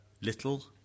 little